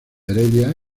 heredia